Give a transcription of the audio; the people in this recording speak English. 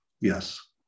Yes